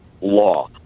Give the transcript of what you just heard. law